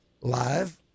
live